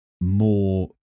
more